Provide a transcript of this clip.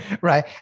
right